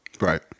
Right